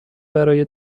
برای